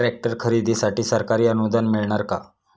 Tractor खरेदीसाठी सरकारी अनुदान मिळणार का?